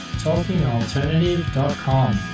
talkingalternative.com